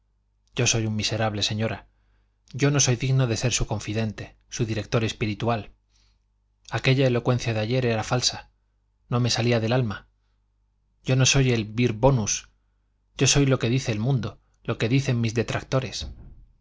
yo soy un miserable señora yo no soy digno de ser su confidente su director espiritual aquella elocuencia de ayer era falsa no me salía del alma yo no soy el vir bonus yo soy lo que dice el mundo lo que dicen mis detractores